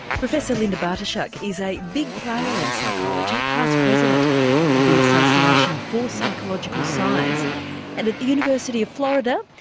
professor linda bartoshuk is a big player in psychology past president of the association for psychological science and, at the university of florida,